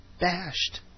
bashed